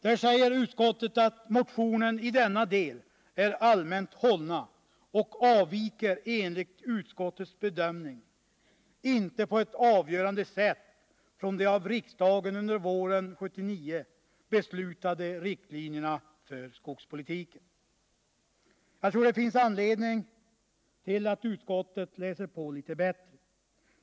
Utskottet säger att motionen i denna del är allmänt hållen och enligt utskottets bedömning inte avviker på något avgörande sätt från de av riksdagen under våren 1979 beslutade riktlinjerna för skogspolitiken. Jag tror det finns anledning för utskottet att läsa på litet bättre.